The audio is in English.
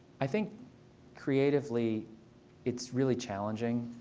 i think creatively it's really challenging.